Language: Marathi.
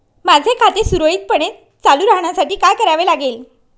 माझे खाते सुरळीतपणे चालू राहण्यासाठी काय करावे लागेल?